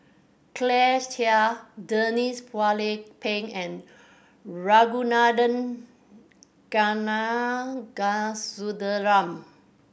Claire Chiang Denise Phua Lay Peng and Ragunathar Kanagasuntheram